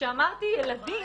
וכשאמרתי ילדים,